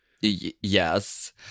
Yes